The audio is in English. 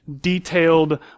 detailed